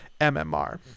MMR